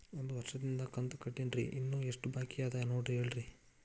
ಒಂದು ವರ್ಷದಿಂದ ಕಂತ ಕಟ್ಟೇನ್ರಿ ಇನ್ನು ಎಷ್ಟ ಬಾಕಿ ಅದ ನೋಡಿ ಹೇಳ್ರಿ